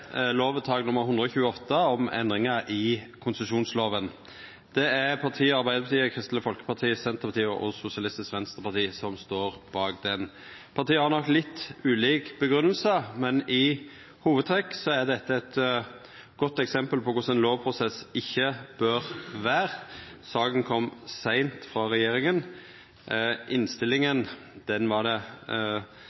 lovvedtak nr. 128 om endringar i konsesjonsloven. Det er partia Arbeidarpartiet, Kristeleg Folkeparti, Senterpartiet og Sosialistisk Venstreparti som står bak den. Partia har nok litt ulik grunngjeving, men i hovudtrekk er dette eit godt eksempel på korleis ein lovprosess ikkje bør vera. Saka kom seint frå regjeringa. Senterpartiet og Arbeidarpartiet var ikkje klare til å leggja fram innstillinga